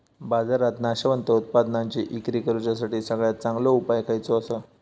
बाजारात नाशवंत उत्पादनांची इक्री करुच्यासाठी सगळ्यात चांगलो उपाय खयचो आसा?